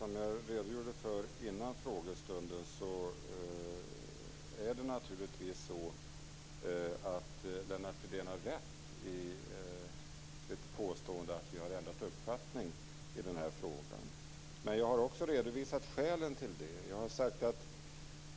Herr talman! Som jag redogjorde för före frågestunden har Lennart Fridén naturligtvis rätt i påståendet att vi har ändrat uppfattning i den här frågan. Jag har också redovisat skälen till det.